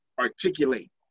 articulate